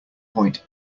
point